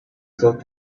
thought